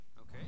Okay